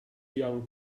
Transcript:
young